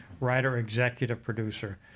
writer-executive-producer